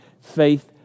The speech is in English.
faith